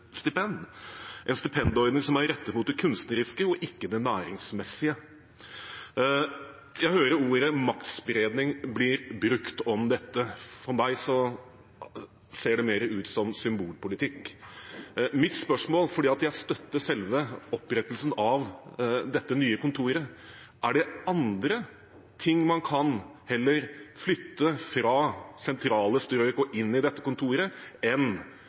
en stipendordning som er rettet mot det kunstneriske, ikke det næringsmessige. Jeg hører ordet «maktspredning» bli brukt om dette. For meg ser det mer ut som symbolpolitikk. Mitt spørsmål er, for jeg støtter selve opprettelsen av det nye kontoret: Er det andre ting man heller kan flytte fra sentrale strøk og inn i dette kontoret